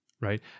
right